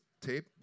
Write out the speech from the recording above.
tape